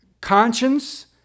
conscience